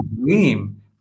dream